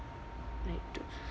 right to